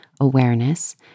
awareness